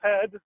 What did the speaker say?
head